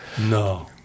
No